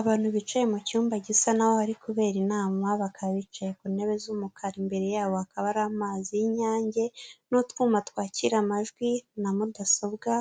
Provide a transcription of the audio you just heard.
Abantu bicaye mu cyumba gisa n'aho hari kubera inama, bakaba bicaye ku ntebe z'umukara. Imbere yabo hakaba hari amazi y'inyange n'utwuma twakira amajwi na mudasobwa,